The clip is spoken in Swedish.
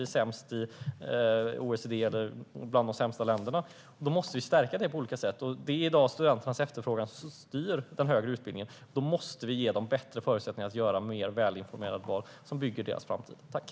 Vi är bland de sämsta länderna i OECD. Vi måste stärka det på olika sätt, och det är i dag studenternas efterfrågan som styr den högre utbildningen. Då måste vi ge dem bättre förutsättningar att göra mer välinformerade val som bygger deras framtid.